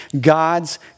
God's